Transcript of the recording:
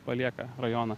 palieka rajoną